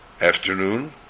afternoon